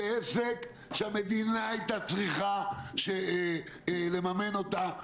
זה עסק שהמדינה הייתה צריכה לממן אותה,